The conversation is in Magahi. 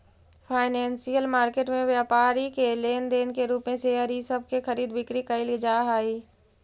फाइनेंशियल मार्केट में व्यापारी के लेन देन के रूप में शेयर इ सब के खरीद बिक्री कैइल जा हई